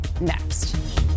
next